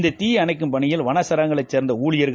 இந்த தீயை அணைக்கும் பணியில் வன சரகங்களைச் சேர்ந்த ஊழியர்கள்